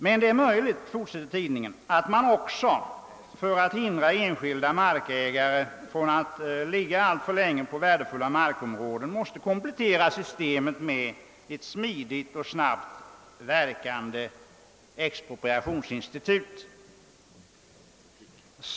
»Men det är möjligt», framhåller tidningen vidare, »att man också för att hindra enskilda markägare från att ”ligga” alltför länge på värdefulla markområden — måste komplettera systemet med ett smidigt och snabbt verkande = expropriationsinstitut.